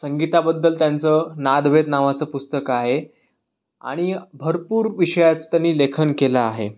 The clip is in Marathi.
संगीताबद्दल त्यांचं नादवेद नावाचं पुस्तक आहे आणि भरपूर विषयाचं त्यांनी लेखन केलं आहे